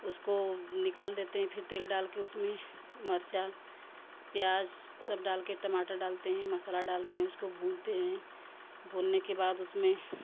उसको निकाल देते हैं फिर तेल डालके उसमें मर्चा प्याज़ सब डालके टमाटर डालते हैं मसाला डालते हैं उसको भूनते हैं भूनने के बाद उसमें